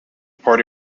party